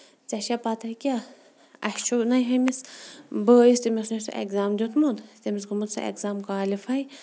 ژٕ چھےٚ پَتہٕ کیاہ اَسہِ چھُنہ ہُمَس بٲیَس تٔمۍ اوس نہ سُہ ایٚکزام دیُتمُت تٔمِس گوٚمُت سُہ ایٚکزام کالِفاے